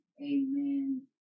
Amen